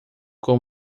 com